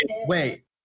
Wait